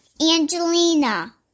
Angelina